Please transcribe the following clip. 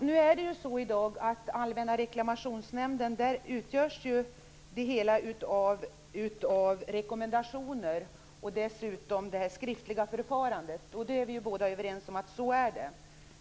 Herr talman! I dag utgörs Allmänna reklamationsnämndens avgöranden av rekommendationer, och det är ett skriftligt förfarande. Vi är överens om att det är så.